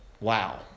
Wow